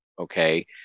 Okay